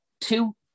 two